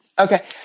Okay